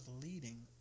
leading